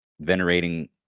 Venerating